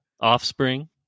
offspring